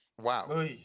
Wow